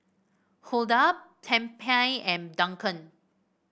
Hulda Tempie and Duncan